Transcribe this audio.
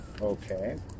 Okay